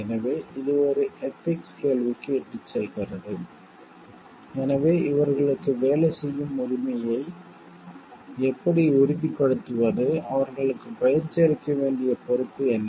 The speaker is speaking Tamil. எனவே இது ஒரு எதிக்ஸ்க் கேள்விக்கு இட்டுச் செல்கிறது எனவே இவர்களுக்கு வேலை செய்யும் உரிமையை எப்படி உறுதிப்படுத்துவது அவர்களுக்குப் பயிற்சி அளிக்க வேண்டிய பொறுப்பு என்ன